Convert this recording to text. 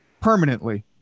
permanently